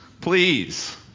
Please